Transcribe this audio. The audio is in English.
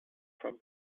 from